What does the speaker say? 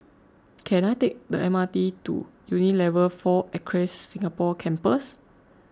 can I take the M R T to Unilever four Acres Singapore Campus